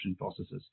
processes